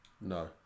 No